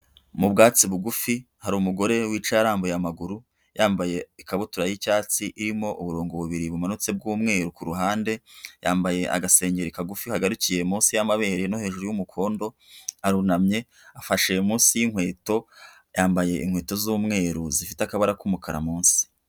Mu bwatsi bugufi hari umugore wicaye yarambuye amaguru yambaye ikabutura y'icyatsi irimo uburongo bubiri bumanutse bw'umweru ku ruhande yambaye agasengeri kagufi kagarikiye munsi y'amabere no hejuru y'umukondo arunamye afashe munsi yinkweto yambaye inkweto z'umweru zifite akaba k'umukara munsi.